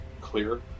clear